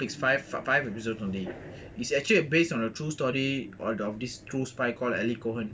in netflix five five episodes only is actually based on a true story of this cool spy called elliecohen